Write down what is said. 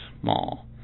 small